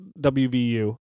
WVU